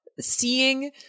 Seeing